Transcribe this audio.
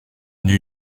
naît